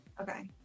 Okay